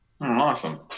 awesome